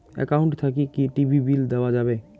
Account থাকি কি TV bill দেওয়া যাবে?